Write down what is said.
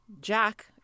Jack